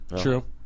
True